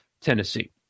Tennessee